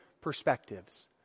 perspectives